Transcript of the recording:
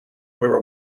where